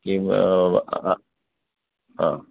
एव